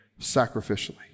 sacrificially